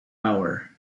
hour